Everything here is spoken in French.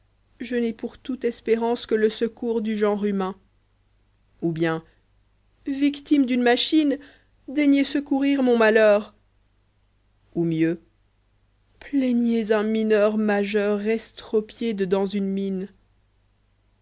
je n'ai pour toute espérance a que le secours du genre humain ou bien a victime d'une machine daignez secourir mon malheur ou mieux plaignez un mineur majeur estropié dedans une mine